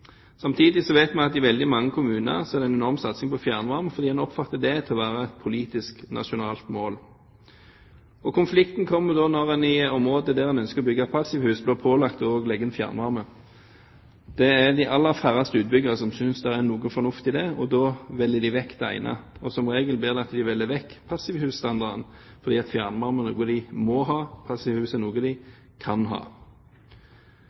Samtidig vet vi at i veldig mange kommuner er det en enorm satsing på fjernvarme, fordi en oppfatter det som å være et politisk nasjonalt mål. Og konflikten kommer når en i områder der en ønsker å bygge passivhus, blir pålagt å legge inn fjernvarme. Det er de aller færreste utbyggere som synes det er noe fornuft i det, og da velger de vekk det ene. Og som regel blir det til at de velger vekk passivhusstandarden, fordi fjernvarme er noe de må ha, passivhus er noe de kan ha.